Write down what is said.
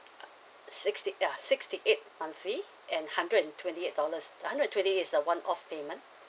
uh sixty ya sixty eight monthly and hundred and twenty eight dollars hundred and twenty eight is a one off payment